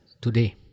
today